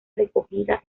recogida